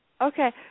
Okay